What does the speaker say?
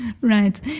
Right